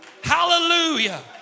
Hallelujah